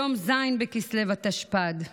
היום, ז' בכסלו התשפ"ד.